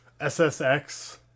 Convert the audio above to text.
SSX